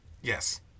Yes